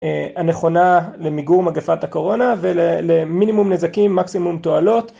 הנכונה למיגור מגפת הקורונה ולמינימום נזקים, מקסימום תועלות.